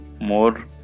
more